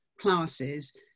classes